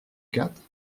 quatre